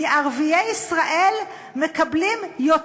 כי ערביי ישראל מקבלים יותר,